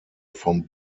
vom